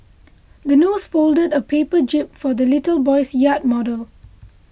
the nurse folded a paper jib for the little boy's yacht model